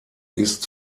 ist